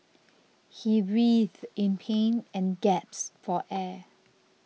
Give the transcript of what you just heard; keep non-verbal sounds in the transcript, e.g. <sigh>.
<noise> he writhed in pain and gasped for air